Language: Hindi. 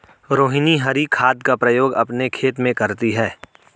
रोहिनी हरी खाद का प्रयोग अपने खेत में करती है